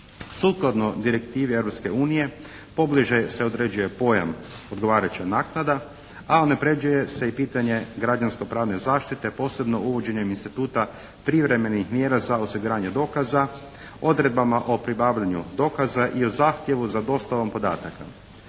Sukladno direktivi Europske unije pobliže se određuje pojam odgovarajuća naknada, a unapređuje se i pitanje građansko pravne zaštite posebno uvođenjem instituta privremenih mjera za osiguranje dokaza, odredbama o pribavljanju dokaza i o zahtjevu za dostavom podataka.